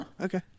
okay